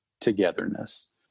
togetherness